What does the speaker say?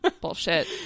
bullshit